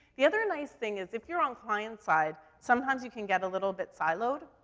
the other nice thing is if you're on client side, sometimes you can get a little bit siloed.